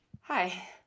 Hi